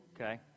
Okay